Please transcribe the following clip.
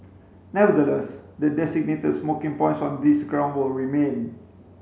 nevertheless the designated smoking points on these ground will remain